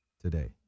today